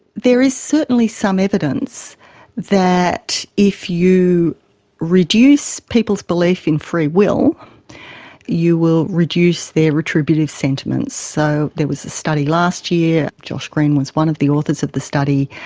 there is certainly some evidence that if you reduce people's belief in free will you will reduce their retributive sentiments. so there was a study last year, josh greene was one of the authors of the study,